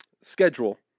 schedule